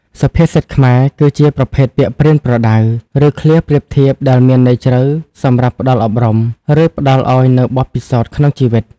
សុភាសិតខ្មែរ គឺជាប្រភេទពាក្យប្រៀនប្រដៅ ឬឃ្លាប្រៀបធៀបដែលមានន័យជ្រៅសម្រាប់ផ្ដល់អប់រំ ឬផ្ដល់ឱ្យនូវបទពិសោធន៍ក្នុងជីវិត។